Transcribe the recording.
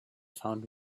found